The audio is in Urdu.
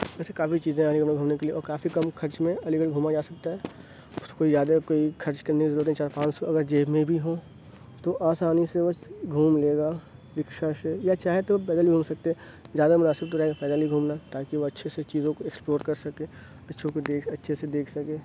ویسے کافی چیزیں اویلیبل ہونے کے لیے اور کافی کم خرچ میں علی گڑھ گھوما جا سکتا ہے کوئی زیادہ کوئی خرچ کرنے کی ضرورت نہیں چار پانچ سو اگر جیب میں بھی ہوں تو آسانی سے بس گھوم لے گا رکشا سے یا چاہیں تو پیدل بھی گھوم سکتے ہیں زیادہ مناسب تو رہے پیدل ہی گھومنا تاکہ وہ اچھے سے چیزوں کو ایکسپلور کرسکیں اچھوں کو دیکھ اچھے سے دیکھ سکیں